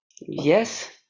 Yes